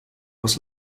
was